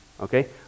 Okay